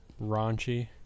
raunchy